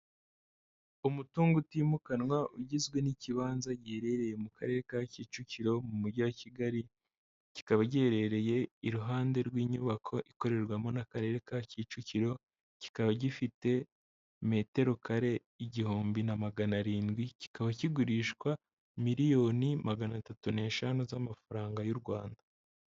Umutungo utimukanwa, ugizwe n'ikibanza giherereye mu karere ka Kicukiro, mu mujyi wa Kigali. Kikaba giherereye iruhande rw'inyubako ikorerwamo n'akarere ka Kicukiro, kikaba gifite metero kare igihumbi na magana arindwi, kikaba kigurishwa miliyoni magana atatu n'eshanu z'amafaranga y'u Rwanda.